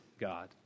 God